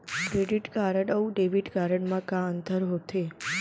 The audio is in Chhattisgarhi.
क्रेडिट कारड अऊ डेबिट कारड मा का अंतर होथे?